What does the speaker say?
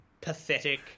pathetic